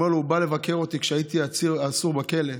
הוא אמר לי: הוא בא לבקר אותי כשהייתי אסור בכלא,